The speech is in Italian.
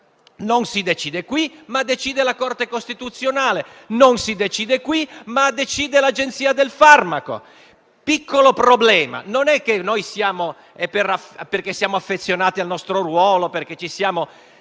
Non si decide qui, ma decide la Corte costituzionale. Non si decide qui, ma decide l'Agenzia del farmaco. Non è che siamo affezionati al nostro ruolo e ci sentiamo